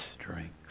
strength